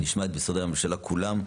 נשמע את משרדי הממשלה כולם.